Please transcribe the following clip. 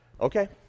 Okay